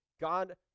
God